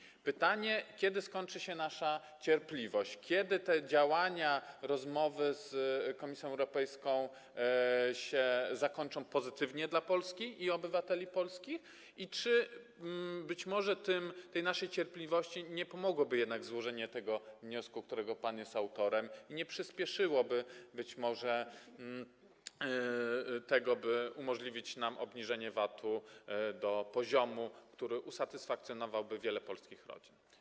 Powstaje pytanie, kiedy skończy się nasza cierpliwość, kiedy te działania, rozmowy z Komisją Europejską zakończą się pozytywnie dla Polski, obywateli Polski i czy być może tej naszej cierpliwości nie pomogłoby jednak złożenie tego wniosku, którego pan jest autorem, czy nie przyspieszyłoby to być może obniżenia VAT-u do poziomu, który usatysfakcjonowałby wiele polskich rodzin.